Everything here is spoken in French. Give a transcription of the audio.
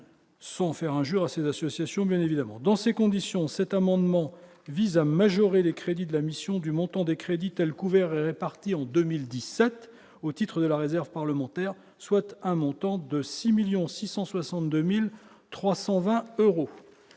sans faire injure à ces nationalisations, bien évidemment, dans ces conditions, cet amendement vise à majorer les crédits de la mission du montant des crédits-t-elle couvert, répartis en 2017 au titre de la réserve parlementaire, soit un montant de 6 1000000 662320 euros